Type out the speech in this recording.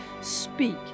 speak